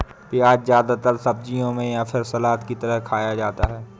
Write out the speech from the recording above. प्याज़ ज्यादातर सब्जियों में या फिर सलाद की तरह खाया जाता है